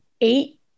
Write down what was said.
eight